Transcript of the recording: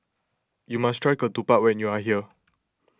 you must try Ketupat when you are here